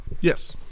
Yes